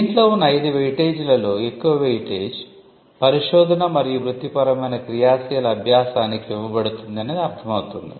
దీంట్లో ఉన్న 5 వెయిటేజీలలో ఎక్కువ వెయిటేజీ 'పరిశోధన మరియు వృత్తిపరమైన క్రియాశీల అభ్యాసానికి' ఇవ్వబడుతుంది అని అర్ధం అవుతుంది